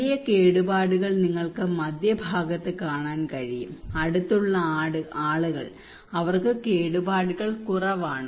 വലിയ കേടുപാടുകൾ നിങ്ങൾക്ക് മധ്യഭാഗത്ത് കാണാൻ കഴിയും അടുത്തുള്ള ആളുകൾ അവർക്ക് കേടുപാടുകൾ കുറവാണ്